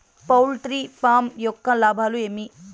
poultry farm యొక్క లాభాలు ఏమి